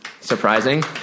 surprising